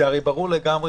הרי ברור לגמרי,